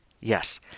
Yes